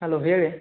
hello ಹೇಳಿ